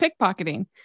pickpocketing